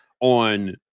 on